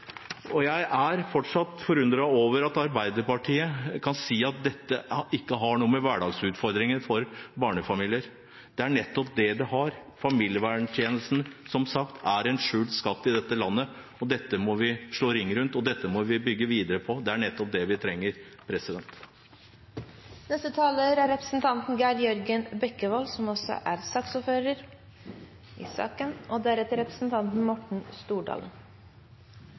akutt. Jeg er fortsatt forundret over at Arbeiderpartiet kan si at dette ikke har noe med hverdagsutfordringer for barnefamilier å gjøre. Det er nettopp det det har. Familieverntjenesten er som sagt en skjult skatt i dette landet. Dette må vi slå ring rundt, og dette må vi bygge videre på. Det er nettopp det vi trenger. Som sagt, Kristelig Folkeparti er veldig glad for anledningen til å drøfte familiepolitikk i Stortinget. Det er